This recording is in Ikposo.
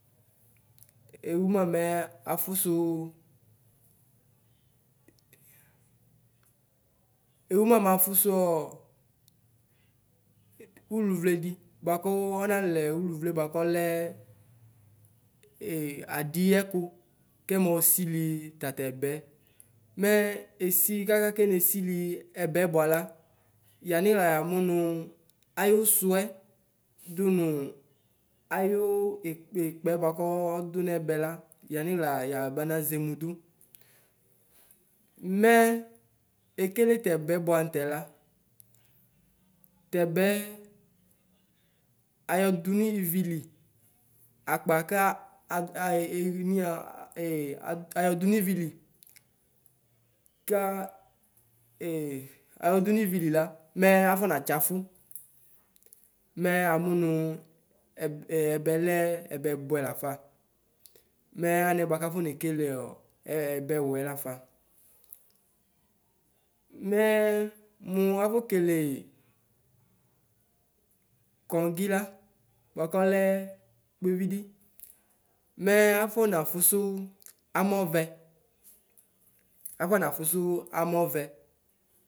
Ɛwɔ mamɛ afɔsɔ ɔ ɔlʋvlɛ dɩ bʋakɔ ɔlɛ ɔlʋvlɛ bʋakɔlɛ sɛ aɖɩ yɛkʋ kɛmosɩlɩ fɑtɛbɛ mɛ ɛsɩ kɑkɑ kɛnɛ sɩlɩ ɛbɛ bʋɑlɑ yɑnʋ xlɑ yɑnʋ nɔ ayɔsɔɛ dɔnɔ ayo ɩkpɛ ɩkpɛ bʋakɔ ɔdɔ nɛbɛ lɑ yɑnxlɑ yabanazɛmʋ dɔ mɛ ɛkɛlɛ tɛbɛ bʋɑ mʋtɛ lɑ tɛɛbɛ ayɔ dɔ nɩvɩlɩ ɑkpɑ kɑ ayɔ dɔ nɩvɩlɛ kɑ ɔdʋ nɩvɩlɩ lɑ mɛ ɑnɛ afɔ nɩtsafɔ mɛ ɑmʋnʋ ɛbɑ lɛ ɛbɛbʋɛ lɑfɑ mɛ ɑnɛ bʋakafɔ nɛkɛlɛ ɛbɛwɛ lɑfɑ mɛ mʋ afɔkɛlɛ kɔdɩ lɑ bʋakɔlɛ kpɛvɩdɩ mɛ afɔ nɑfʋsʋ ɑmɔvɛ afɔ nɑfʋsʋ ɑmɔvɛ.